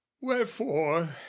wherefore